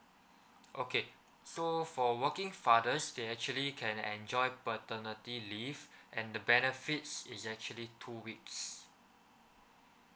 okay so for working fathers they actually can enjoy paternity leave and the benefits is actually two weeks